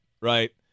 right